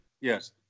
Yes